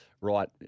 right